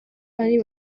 ari